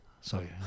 Sorry